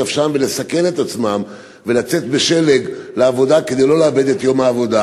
את נפשם ויסכנו את עצמם ויצאו בשלג לעבודה כדי שלא לאבד את יום העבודה.